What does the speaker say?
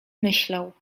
myślał